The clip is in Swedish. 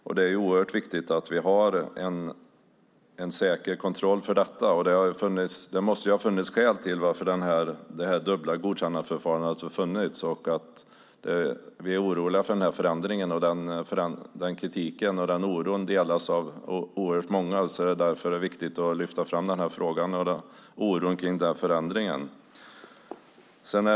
Det är oerhört viktigt att vi har en säker kontroll för detta. Det måste ha funnits skäl till att det dubbla godkännandeförfarandet har funnits. Vi är oroliga för denna förändring. Denna oro och kritik delas av oerhört många. Därför är det viktigt att lyfta fram denna fråga och oron kring denna förändring.